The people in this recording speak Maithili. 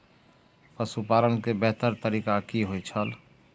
पशुपालन के बेहतर तरीका की होय छल?